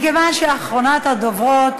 מכיוון שהיא אחרונת הדוברים,